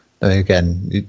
Again